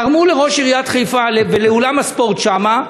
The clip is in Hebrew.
תרמו לראש עיריית חיפה, לאולם הספורט שם,